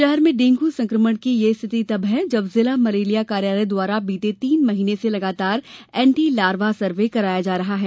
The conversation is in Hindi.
शहर में डेंगू संक्रमण की यह स्थिति तब है जब जिला मलेरिया कार्यालय द्वारा बीते तीन महिने से लगातार एंटी लार्वा सर्वे करवाया जा रहा है